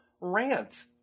rant